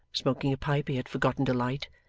smoking a pipe he had forgotten to light,